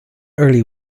early